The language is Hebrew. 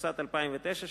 התשס"ט 2009,